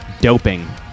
Doping